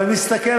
אני לא, תשמעי,